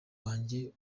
wanjye